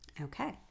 Okay